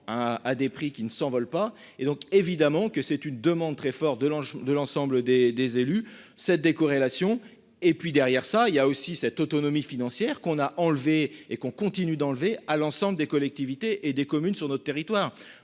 à des prix qui ne s'envole pas et donc évidemment que c'est une demande très fort de l'de l'ensemble des des élus cette décorrélation et puis derrière ça il y a aussi cette autonomie financière qu'on a enlevé et qu'on continue d'enlever à l'ensemble des collectivités et des communes sur notre territoire.